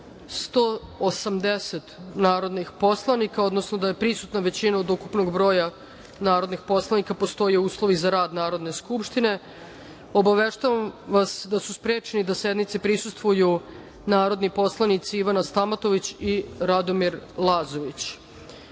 180. narodnih poslanika, odnosno da je prisutna većina od ukupnog broja narodnih poslanika. Postoje uslovi za rad Narodne skupštine. Obaveštavam vas da su sprečeni da sednici prisustvuju narodni poslanici: Ivana Stamatović i Radomir Lazović. Saglasno